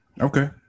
Okay